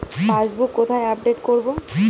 Passbook কোথায় update করব?